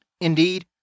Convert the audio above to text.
Indeed